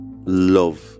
love